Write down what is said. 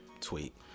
tweet